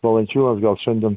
valančiūnas gal šiandien